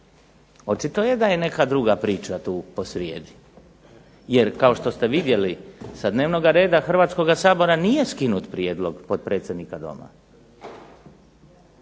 Očito je da je neka druga priča tu posrijedi, jer kao što ste vidjeli sa dnevnoga reda Hrvatskoga sabora nije skinut prijedlog potpredsjednika Doma,